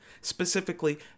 Specifically